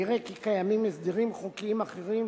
נראה כי קיימים הסדרים חוקיים אחרים